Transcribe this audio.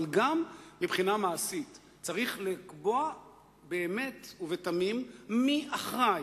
אבל גם מבחינה מעשית: צריך לקבוע באמת ובתמים מי אחראי,